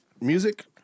music